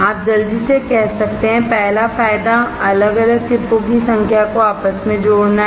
आप जल्दी से कह सकते हैं पहला फायदा अलग अलग चिपों की संख्या को आपस में जोड़ना है